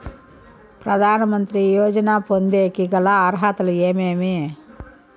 ప్రధాన మంత్రి యోజన పొందేకి గల అర్హతలు ఏమేమి?